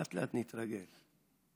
לאט-לאט נתרגל.